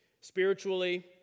spiritually